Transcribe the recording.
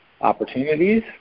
opportunities